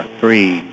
three